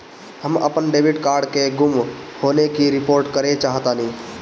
हम अपन debit card के गुम होने की रिपोर्ट करे चाहतानी